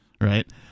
right